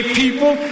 people